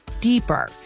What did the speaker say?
deeper